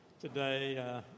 today